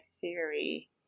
theory